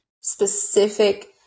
specific